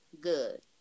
good